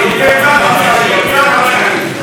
לא לחזור על אותם דברים.